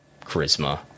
charisma